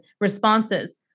responses